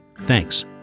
Thanks